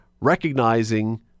recognizing